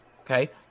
okay